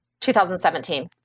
2017